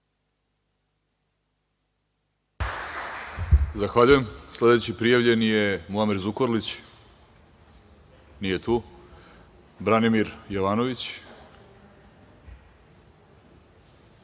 Zahvaljujem. Sledeći prijavljeni je Muamer Zukorlić. Nije tu. Reč ima Branimir Jovanović.